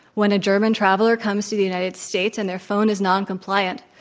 when a german traveler comes to the united states and their phone is noncompliant,